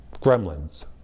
gremlins